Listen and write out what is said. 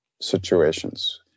situations